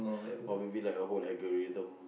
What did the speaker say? or maybe like a whole lagerithm